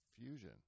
fusion